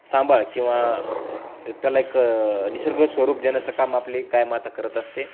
सांभाळ किंवा त्याला एक निसर्ग स्वरूप देण्याचं काम आपले गायमाता करत असते